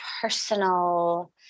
personal